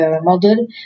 model